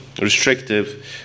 restrictive